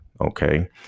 Okay